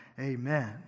Amen